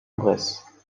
bresse